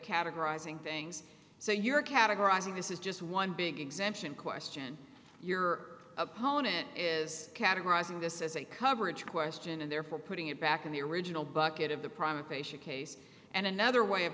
categorizing things so you're categorizing this is just one big exemption question your opponent is categorizing this as a coverage question and therefore putting it back in the original bucket of the private facia case and another way of